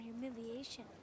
humiliation